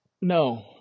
No